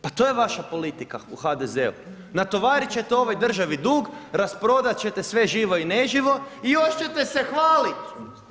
Pa to je vaša politika u HDZ-u, natovarit ćete ovoj državi dug, rasprodati ćete sve živo i neživo i još ćete se hvaliti.